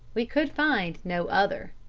we could find no other.